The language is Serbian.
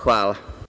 Hvala.